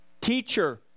Teacher